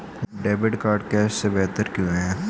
Debit card cash से बेहतर क्यों है?